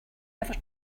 ever